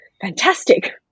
fantastic